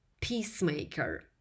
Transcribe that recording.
peacemaker